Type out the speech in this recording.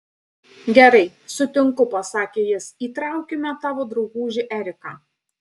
gerai sutinku pasakė jis įtraukime tavo draugužį eriką